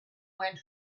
went